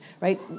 right